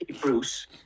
Bruce